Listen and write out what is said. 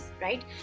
Right